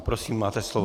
Prosím, máte slovo.